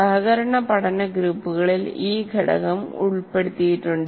സഹകരണ പഠന ഗ്രൂപ്പുകളിൽ ഈ ഘടകം ഉൾപ്പെടുത്തിയിട്ടുണ്ട്